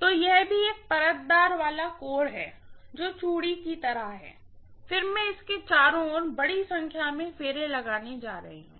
तो यह भी एक परतदार वाला कोर है जो चूड़ी की तरह है और फिर मैं इसके चारों ओर बड़ी संख्या में फेरे लगाने जा रही हूँ